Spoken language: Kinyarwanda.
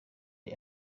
the